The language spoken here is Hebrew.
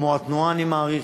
כמו התנועה, אני מעריך,